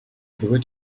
другой